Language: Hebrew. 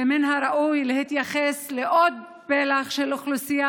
ומן הראוי להתייחס לעוד פלח של אוכלוסייה